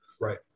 Right